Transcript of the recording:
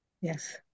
Yes